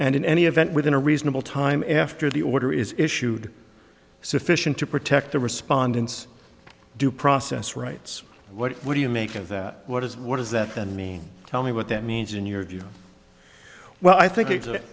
and in any event within a reasonable time after the order is issued sufficient to protect the respondents due process rights what what do you make of that what is what does that then mean tell me what that means in your view well i think